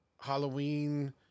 Halloween